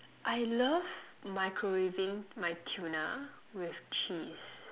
I love microwaving my tuna with cheese